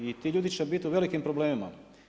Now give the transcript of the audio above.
I ti ljudi će bit u velikim problemima.